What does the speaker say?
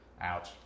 Ouch